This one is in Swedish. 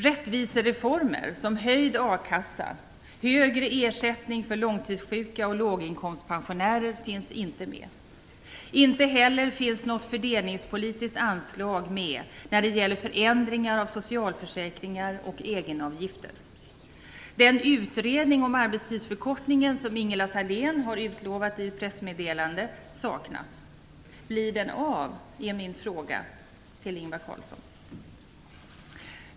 Rättvisereformer som höjd a-kassa, högre ersättning för långtidssjuka och låginkomstpensionärer finns inte med. Det finns inte heller något fördelningspolitiskt anslag med när det gäller förändringar av socialförsäkringar och egenavgifter. Den utredning om arbetstidsförkortningen som Ingela Thalén har utlovat i ett pressmeddelande saknas. Min fråga till Ingvar Carlsson är: Blir den av?